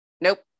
nope